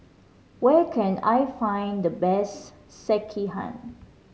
where can I find the best Sekihan